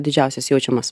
didžiausias jaučiamas